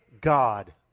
God